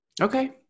Okay